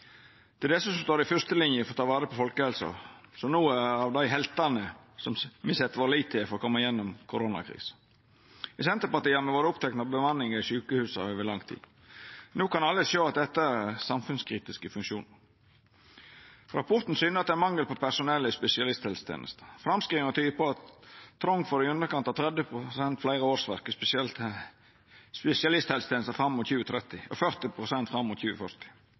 som no er blant dei heltane som me set vår lit til for å koma igjennom koronakrisa. I Senterpartiet har me vore opptekne av bemanninga i sjukehusa over lang tid. No kan alle sjå at dette er samfunnskritiske funksjonar. Rapporten syner at det er mangel på personell i spesialisthelsetenesta. Framskrivingar tyder på at ein treng i underkant av 30 pst. fleire årsverk i spesialisthelsetenesta fram mot 2030 og 40 pst. fleire fram mot 2040.